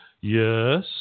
Yes